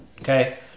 okay